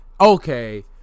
okay